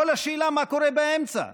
כל השאלה היא מה קורה באמצע,